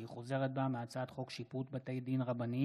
היא חוזרת בה מהצעת חוק שיפוט בתי דין רבניים